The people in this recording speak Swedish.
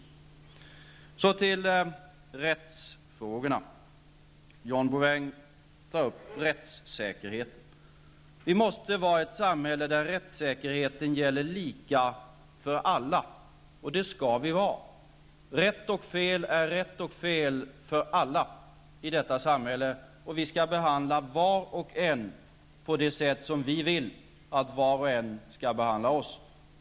Så vidare till rättsfrågorna. John Bouvin tar upp rättssäkerheten. Sverige måste ha ett samhälle där rättssäkerheten gäller lika för alla. Det skall vi ha. Rätt och fel är rätt och fel för alla i detta samhälle. Vi skall behandla var och en på det sätt som vi vill att var och en skall behandla oss.